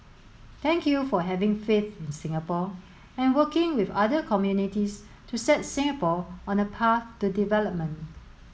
thank you for having faith in Singapore and working with other communities to set Singapore on a path to development